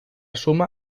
suma